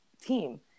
team